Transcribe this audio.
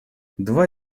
два